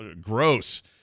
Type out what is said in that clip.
gross